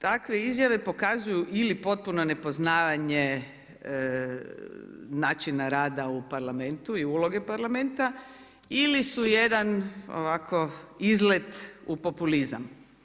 Takve izjave pokazuju ili potpuno nepoznavanje načina rada u Parlamenta i uloge Parlamenta ili su jedan ovako izlet u populizam.